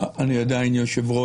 לא מוציאים מיטה.